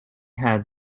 had